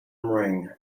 ring